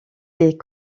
les